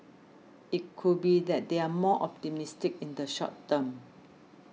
it could be that they're more optimistic in the short term